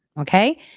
Okay